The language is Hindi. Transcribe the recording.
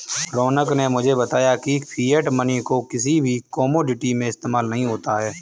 रौनक ने मुझे बताया की फिएट मनी को किसी भी कोमोडिटी में इस्तेमाल नहीं होता है